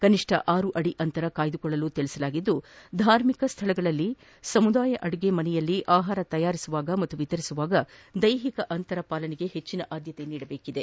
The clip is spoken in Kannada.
ಕನಿಷ್ಠ ಆರು ಅಡಿ ಅಂತರವನ್ನು ಕಾಯ್ದುಕೊಳ್ಳಲು ತಿಳಿಸಲಾಗಿದ್ದು ಧಾರ್ಮಿಕ ಸ್ಥಳಗಳಲ್ಲಿನ ಸಮುದಾಯ ಅಡಿಗೆ ಮನೆಯಲ್ಲಿ ಆಹಾರ ತಯಾರಿಸುವಾಗ ಪಾಗೂ ವಿತರಿಸುವಾಗ ದೈಹಿಕ ಅಂತರಕ್ಕೆ ಹೆಚ್ಚಿನ ಆದ್ಯಕೆ ನೀಡಬೇಕಿದೆ